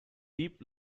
deep